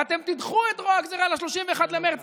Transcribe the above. ואתם תדחו את רוע הגזרה ל-31 במרץ,